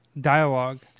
dialogue